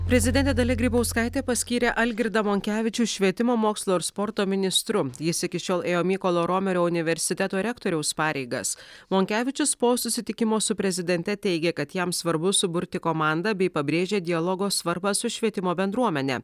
prezidentė dalia grybauskaitė paskyrė algirdą monkevičių švietimo mokslo ir sporto ministru jis iki šiol ėjo mykolo romerio universiteto rektoriaus pareigas monkevičius po susitikimo su prezidente teigė kad jam svarbu suburti komandą bei pabrėžė dialogo svarbą su švietimo bendruomene